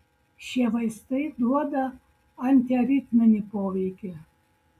šie vaistai duoda antiaritminį poveikį